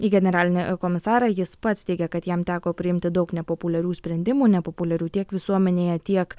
į generalinį komisarą jis pats teigia kad jam teko priimti daug nepopuliarių sprendimų nepopuliarių tiek visuomenėje tiek